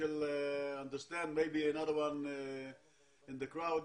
אולי עוד אחד בקהל,